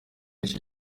iki